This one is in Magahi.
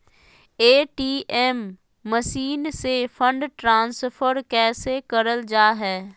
ए.टी.एम मसीन से फंड ट्रांसफर कैसे करल जा है?